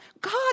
God